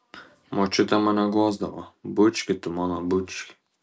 močiutė mane guosdavo bučki tu mano bučki